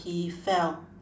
he fell